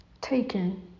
taken